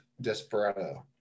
Desperado